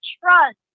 trust